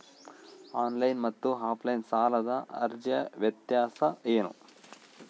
Online ಮತ್ತು offline ಸಾಲದ ಅರ್ಜಿಯ ವ್ಯತ್ಯಾಸ ಏನು?